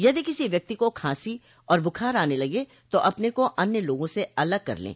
यदि किसी व्यक्ति को खांसी और बुखार आने लगे तो अपने को अन्य लोगों से अलग कर लें